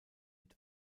mit